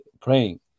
praying